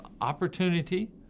opportunity